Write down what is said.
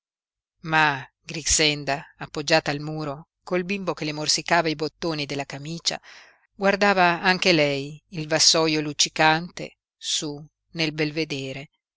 ma grixenda appoggiata al muro col bimbo che le morsicava i bottoni della camicia guardava anche lei il vassoio luccicante su nel belvedere